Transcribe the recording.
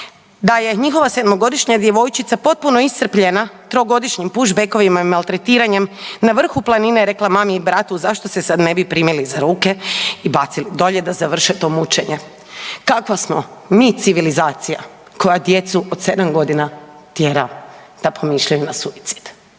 da je njihova 7-godišnja djevojčica potpuno iscrpljena trogodišnjim push backovima i maltretiranjem, na vrhu planine je rekla mami i bratu zašto se sad ne bi primili za ruke i bacili dolje da završe to mučenje. Kakva smo mi civilizacija koja djecu od 7 godina tjera da pomišljaju na suicid?